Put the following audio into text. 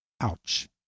Ouch